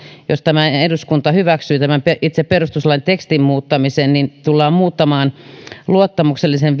jos tämä eduskunta hyväksyy tämän itse perustuslain tekstin muuttamisen niin tässä tullaan nyt muuttamaan luottamuksellisen